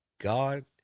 God